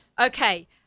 Okay